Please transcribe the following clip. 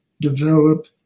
develop